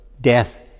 death